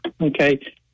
Okay